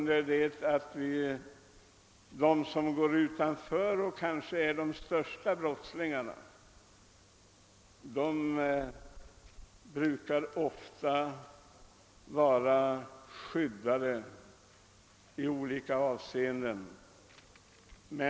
Däremot brukar de som går utanför och kanske är de största bovarna oftast vara skyddade i olika avseenden.